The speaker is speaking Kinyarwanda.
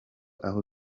aho